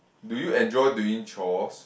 do you enjoy doing chores